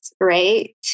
right